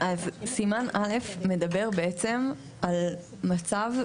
סימן (א) מדבר בעצם על מצב,